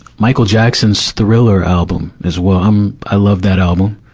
michael jackson's thriller album as well. i'm, i love that album.